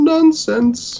Nonsense